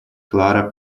clara